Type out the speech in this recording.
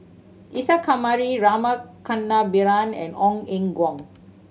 Isa Kamari Rama Kannabiran and Ong Eng Guan